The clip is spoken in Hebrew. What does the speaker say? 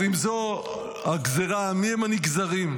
אז אם זו הגזרה, מיהם הנגזרים?